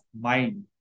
mind